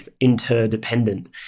interdependent